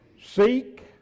Seek